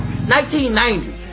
1990